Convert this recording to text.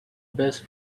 best